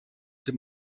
dem